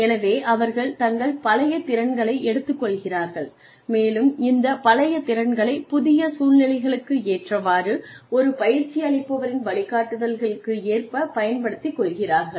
எனவே அவர்கள் தங்கள் பழைய திறன்களை எடுத்துக் கொள்கிறார்கள் மேலும் இந்த பழைய திறன்களை புதிய சூழ்நிலைகளுக்கு ஏற்றவாறு ஒரு பயிற்சியளிப்பவரின் வழிகாட்டுதலுக்கு ஏற்ப பயன்படுத்திக் கொள்கிறார்கள்